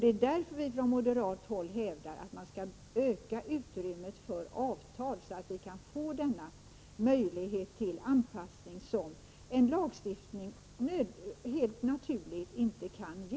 Det är därför vi från moderat håll hävdar att man skall öka utrymmet för avtal så att vi kan få den möjlighet till anpassning som en lagstiftning helt naturligt inte kan ge.